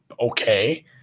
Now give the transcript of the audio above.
okay